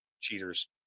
Cheaters